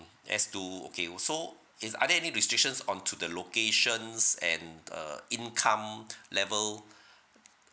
as to okay uh so is are there any restrictions on to the locations and uh income level